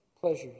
pleasures